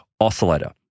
oscillator